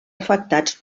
afectats